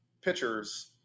pitchers